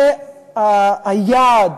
זה היעד